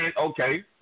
Okay